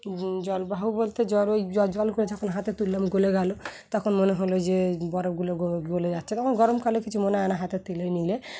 জলবায়ু বলতে জল ওই জলগুলো যখন হাতে তুললাম গলে গেলো তখন মনে হলো যে বরফগুলো গ গলে যাচ্ছে তখন গরমকালে কিছু মনে হয় না হাতে তুলে নিলে